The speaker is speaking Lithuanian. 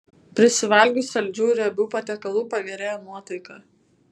prisivalgius saldžių ir riebių patiekalų pagerėja nuotaika